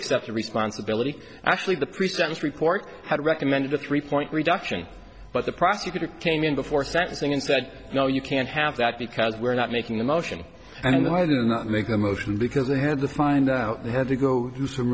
accepted responsibility actually the pre sentence report had recommended a three point reduction but the prosecutor came in before sentencing and said no you can't have that because we're not making a motion and i didn't make the motion because they had to find out they had to go do some